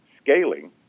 Scaling